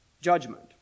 judgment